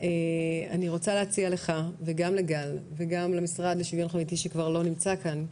אני רוצה להציע לך וגם לגל וגם למשרד לשוויון חברתי שכבר לא נמצא כאן,